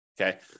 Okay